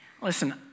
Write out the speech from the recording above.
Listen